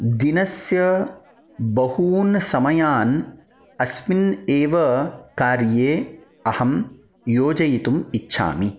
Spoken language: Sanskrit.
दिनस्य बहून् समयान् अस्मिन् एव कार्ये अहं योजयितुम् इच्छामि